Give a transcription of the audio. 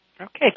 Okay